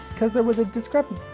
because there was a discrepen.